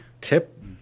Tip